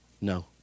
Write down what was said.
no